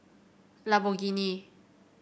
Lamborghini